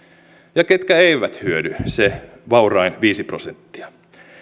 ja ketkä eivät hyödy se vaurain viisi prosenttia